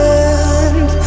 end